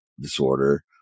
disorder